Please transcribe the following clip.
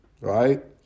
right